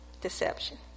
Deception